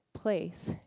place